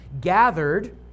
gathered